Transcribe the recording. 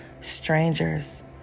Strangers